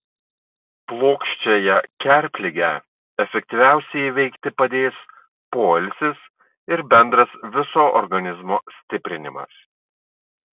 plokščiąją kerpligę efektyviausiai įveikti padės poilsis ir bendras viso organizmo stiprinimas